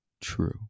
true